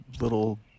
little